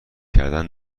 کردن